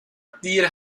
دیر